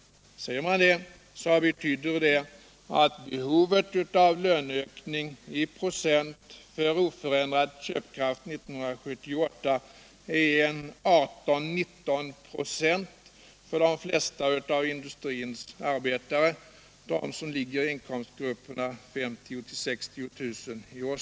Säger man det så betyder det att behovet av löneökning för oförändrad köpkraft 1978 är 18-19 926 för de flesta av industrins arbetare, de som ligger i inkomstgruppen med 50 000-60 000 kr.